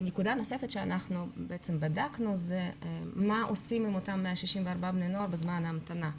נקודה נוספת שבדקנו זה מה עושים עם אותם 164 בני נוער בזמן ההמתנה,